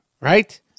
right